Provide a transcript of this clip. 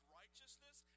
righteousness